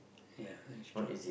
ya that's true